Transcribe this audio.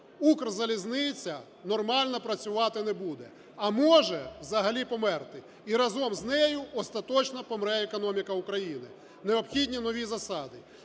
"Укрзалізниця" нормально працювати не буде, а може взагалі померти. І взагалі з нею остаточно помре економіка України, необхідні нові засади.